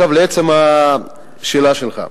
לעצם השאלה שלך.